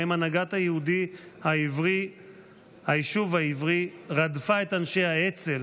שבהם הנהגת היישוב העברי רדפה את אנשי האצ"ל,